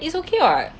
it's okay [what]